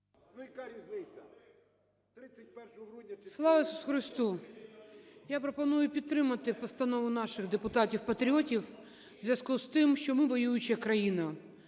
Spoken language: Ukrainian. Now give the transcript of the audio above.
Слава Ісусу Христу! Я пропоную підтримати постанову наших депутатів-патріотів в зв'язку з тим, що ми воююча країна.